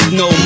no